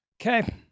Okay